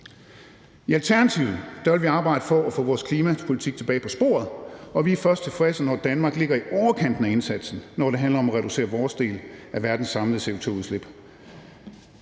I Alternativet vil vi arbejde for at få vores klimapolitik tilbage på sporet, og vi er først tilfredse, når Danmark ligger i overkanten af indsatsen, når det handler om at reducere vores del af verdens samlede CO2-udslip.